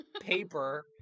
paper